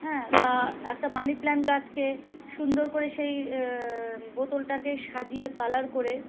হ্যাঁ বা একটা মানি প্ল্যান্ট গাছকে সুন্দর করে সেই বোতলটাকে সাজিয়ে কালার করে